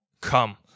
come